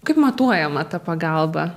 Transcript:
kaip matuojama ta pagalba